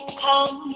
come